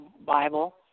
Bible